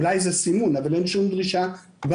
אולי זה סימון אבל אין שום דרישה במהות.